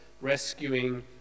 rescuing